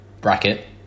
bracket